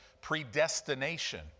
predestination